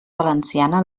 valenciana